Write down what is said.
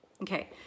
Okay